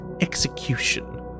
execution